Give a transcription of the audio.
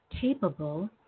capable